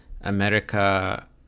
America